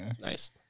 nice